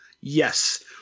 yes